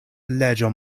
leĝo